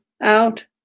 out